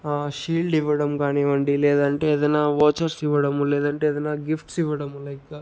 shield ఇవ్వడం కానివ్వండి లేదంటే ఏదన్నా ఓచర్స్ ఇవ్వడం లేదంటే ఏదన్నా గిఫ్ట్స్ ఇవ్వడం లైక్